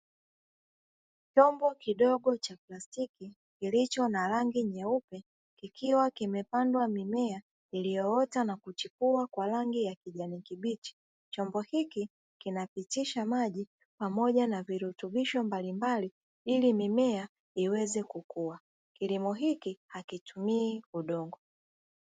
Chombo kidogo cha plastiki kilicho na rangi nyeupe kikiwa kimepandwa mimea iliyoota na kuchipua kwa rangi ya kijani kibichi. Chombo hiki kinapitishwa maji pamoja na virutubisho mbalimbali ili mimea iweze kukua. Kilimo hiki hakitumii udongo.